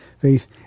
face